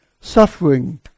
suffering